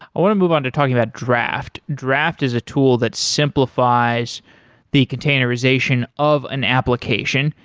i want to move on to talking about draft. draft is a tool that simplifies the containerization of an application.